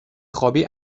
خوابی